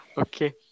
Okay